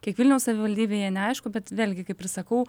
kiek vilniaus savivaldybėje neaišku bet vėlgi kaip ir sakau